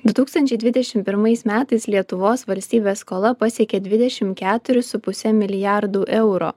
du tūkstančiai dvidešimt pirmais metais lietuvos valstybės skola pasiekė dvidešimt keturis su puse milijardų eurų